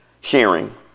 hearing